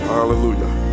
Hallelujah